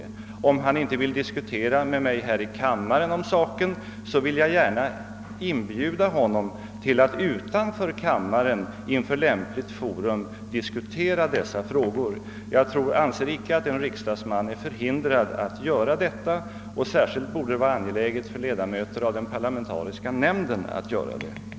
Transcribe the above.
Men om herr Johansson inte önskar diskutera med mig här i kammaren rörande denna sak vill jag gärna inbjuda honom att utanför kammaren inför lämpligt forum diskutera frågan. Jag anser inte att en riksdagsman är förhindrad att göra det, och särskilt angeläget bör det vara för ledamöter av parlamentariska nämnden att föra denna diskussion.